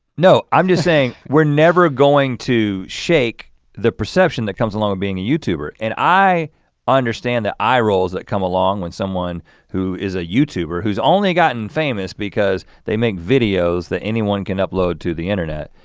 no, i'm just saying, we're never going to shake the perception that comes along with being a youtuber. and i understand the eye rolls that come along when someone who is a youtuber, who's only gotten famous because they make videos that anyone can upload to the internet,